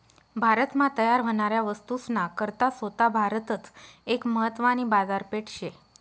भारत मा तयार व्हनाऱ्या वस्तूस ना करता सोता भारतच एक महत्वानी बाजारपेठ शे